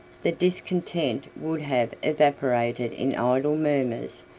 the discontent would have evaporated in idle murmurs,